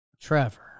Trevor